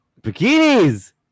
bikinis